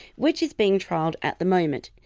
which is being trialled at the moment.